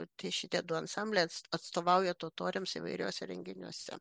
tai šitie du ansamblis ats atstovauja totoriams įvairiuose renginiuose